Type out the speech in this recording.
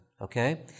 okay